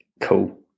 Cool